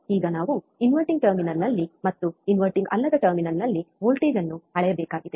ಈಗ ನಾವು ಇನ್ವರ್ಟಿಂಗ್ ಟರ್ಮಿನಲ್ನಲ್ಲಿ ಮತ್ತು ಇನ್ವರ್ಟಿಂಗ್ ಅಲ್ಲದ ಟರ್ಮಿನಲ್ನಲ್ಲಿ ವೋಲ್ಟೇಜ್ ಅನ್ನು ಅಳೆಯಬೇಕಾಗಿದೆ